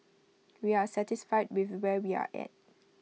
we are satisfied with where we are at